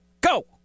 go